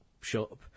shop